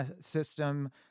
system